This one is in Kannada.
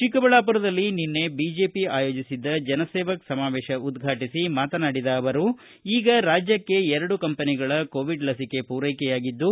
ಚಿಕ್ಕಬಳ್ಳಾಪುರದಲ್ಲಿ ನಿನ್ನೆ ಬಿಜೆಪಿ ಆಯೋಜಿಸಿದ್ದ ಜನಸೇವಕ್ ಸಮಾವೇಶ ಉದ್ವಾಟಿಸಿ ಮಾತನಾಡಿದ ಅವರು ಈಗ ರಾಜ್ಯಕ್ಷೆ ಎರಡು ಕಂಪನಿಗಳ ಕೋವಿಡ್ ಲಸಿಕೆ ಪೂರೈಕೆಯಾಗಿದ್ದು